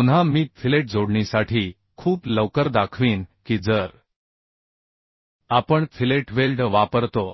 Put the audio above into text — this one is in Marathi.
आता पुन्हा मी फिलेट जोडणीसाठी खूप लवकर दाखवीन की जर आपण फिलेट वेल्ड वापरतो